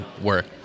work